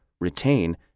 retain